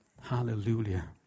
Hallelujah